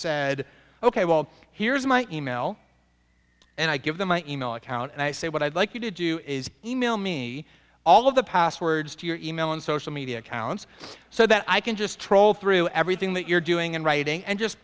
said ok well here's my e mail and i give them my e mail account and i say what i'd like you to do is e mail me all of the passwords to your e mail and social media accounts so that i can just troll through everything that you're doing and writing and just